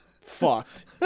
fucked